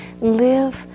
Live